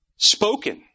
spoken